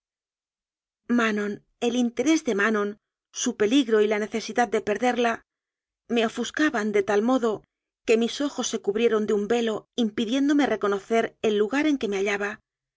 manon el interés de manon su pe ligro y la necesidad de perderla me ofuscaban de tal modo que mis ojos se cubrieron de un velo impidiéndome reconocer el lugar en que me